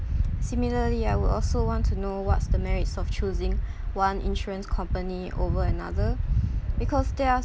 similarly I would also want to know what's the merits of choosing one insurance company over another because there are